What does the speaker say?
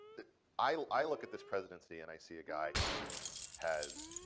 i i look at this presidency, and i see a guy who has